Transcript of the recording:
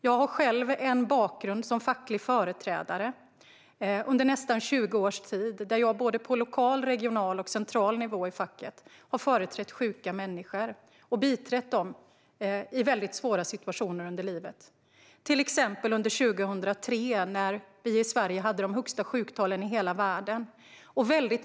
Jag har själv en bakgrund som facklig företrädare under nästan 20 års tid. Jag har på lokal, regional och central nivå i facket företrätt sjuka människor och biträtt dem i väldigt svåra situationer i livet, till exempel 2003, när vi i Sverige hade de högsta sjuktalen i hela världen.